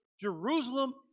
Jerusalem